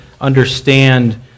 understand